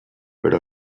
pero